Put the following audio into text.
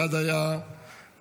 אחד היה מהעבודה,